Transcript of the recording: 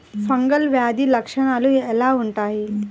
Fungal వ్యాధి లక్షనాలు ఎలా వుంటాయి?